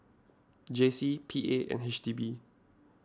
J C P A and H D B